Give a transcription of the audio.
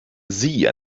sie